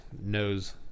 knows